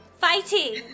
fighting